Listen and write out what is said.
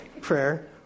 prayer